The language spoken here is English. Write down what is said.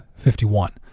51